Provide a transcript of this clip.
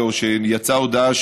או שיצאה הודעה,